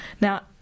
Now